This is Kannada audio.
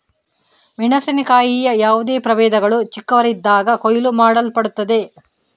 ಮೆಣಸಿನಕಾಯಿಯ ಯಾವುದೇ ಪ್ರಭೇದಗಳು ಚಿಕ್ಕವರಾಗಿದ್ದಾಗ ಕೊಯ್ಲು ಮಾಡಲ್ಪಡುತ್ತವೆ